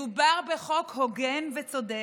מדובר בחוק הוגן וצודק,